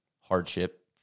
hardship